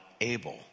able